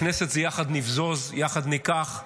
בכנסת זה יחד נבזוז, יחד ניקח,